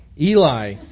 Eli